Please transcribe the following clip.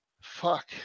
fuck